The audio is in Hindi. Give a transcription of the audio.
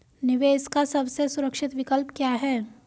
निवेश का सबसे सुरक्षित विकल्प क्या है?